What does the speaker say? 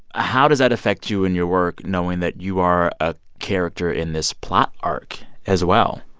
ah how does that affect you in your work knowing that you are a character in this plot arc as well?